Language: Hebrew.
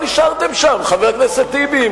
אבל למה לא נשארתם שם, חבר הכנסת טיבי?